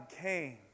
came